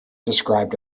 described